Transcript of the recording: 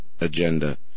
agenda